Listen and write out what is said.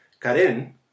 Karen